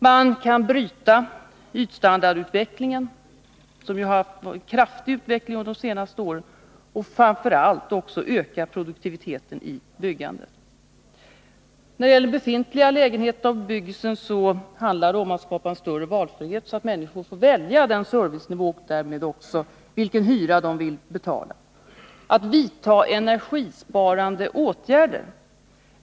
Man kan bryta ytstandardutvecklingen, som har varit kraftig de senaste åren. Framför allt kan man öka produktiviteten i byggandet. När det gäller befintliga lägenheter av bebyggelsen handlar det om att skapa större valfrihet, så att människor får välja servicenivå och därmed också den hyra de vill betala. En viktig sak är energisparande åtgärder.